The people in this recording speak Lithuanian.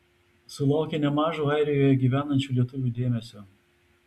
sulaukė nemažo airijoje gyvenančių lietuvių dėmesio